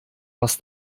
was